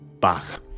Bach